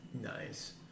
Nice